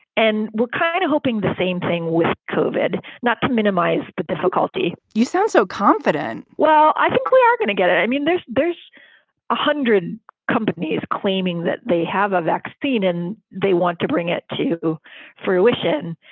and we're kind of hoping the same thing with covered. not to minimize the but difficulty you sound so confident. well, i think we are going to get it i mean, there's there's a hundred companies claiming that they have a vaccine and they want to bring it to fruition.